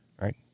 right